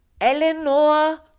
Eleanor